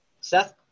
Seth